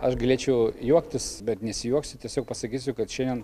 aš galėčiau juoktis bet nesijuoksiu tiesiog pasakysiu kad šiandien